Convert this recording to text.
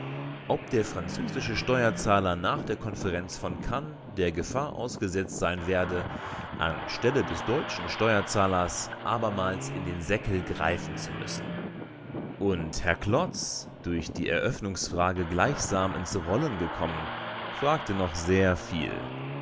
ob der französische steuerzahler nach der konferenz von cannes der gefahr ausgesetzt sein werde an stelle des deutschen steuerzahlers abermals in den säckel greifen zu müssen und herr klotz durch die eröffnungsfrage gleichsam ins rollen gekommen fragte noch sehr viel